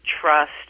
trust